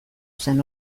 zen